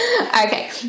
Okay